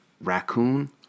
raccoon